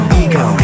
ego